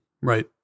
Right